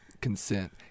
consent